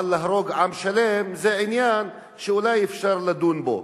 אבל להרוג עם שלם זה עניין שאולי אפשר לדון בו.